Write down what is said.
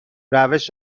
روش